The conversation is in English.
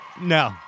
No